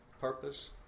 purpose